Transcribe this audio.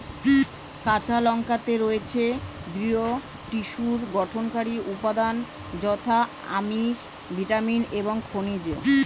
কাঁচা কলাতে রয়েছে দৃঢ় টিস্যুর গঠনকারী উপাদান যথা আমিষ, ভিটামিন এবং খনিজ